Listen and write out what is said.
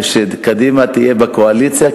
וקדימה תהיה בקואליציה,